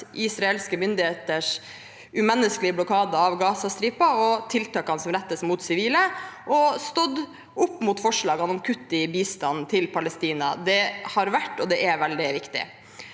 israelske myndigheters umenneskelige blokade av Gazastripen og tiltakene som rettes mot sivile, og stått opp mot forslagene om kutt i bistanden til Palestina. Det har vært – og er – veldig viktig.